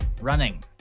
Running